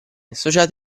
associati